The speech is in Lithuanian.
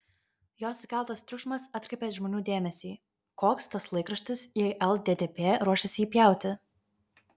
jos sukeltas triukšmas atkreipė žmonių dėmesį koks tas laikraštis jei lddp ruošiasi jį pjauti